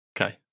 Okay